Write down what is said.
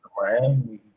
Miami